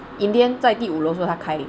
in the end 在第五楼时候它开